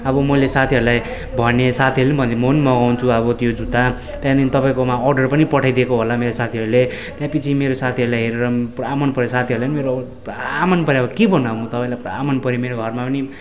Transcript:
अब मैले साथीहरूलाई भने साथीहरूले पनि भने म पनि मगाउँछु अब त्यो जुत्ता त्यहाँनिर तपाईँकोमा अर्डर पनि पठाइदिएको होला मेरो साथीहरूले त्याँपिच्छे मेरो साथीहरूलाई हेरेर पुरा मन पऱ्यो साथीहरूले पनि मेरो पुरा मन पऱ्यो के भन्नु अब तपाईँलाई पुरा मन पऱ्यो अब मेरो घरमा पनि